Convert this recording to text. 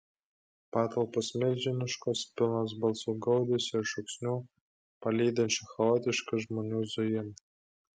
patalpos milžiniškos pilnos balsų gaudesio ir šūksnių palydinčių chaotišką žmonių zujimą